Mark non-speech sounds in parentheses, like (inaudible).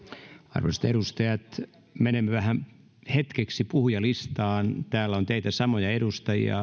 arvoisat edustajat menemme hetkeksi puhujalistaan täällä on vastauspuheenvuoroa pyytäneinä samoja edustajia (unintelligible)